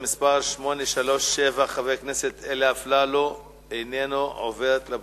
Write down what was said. "מפעל חיוני" הוא כל מפעל או חלק ממנו הפועל לצורכי הגנת המדינה,